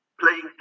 playing